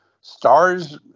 STARS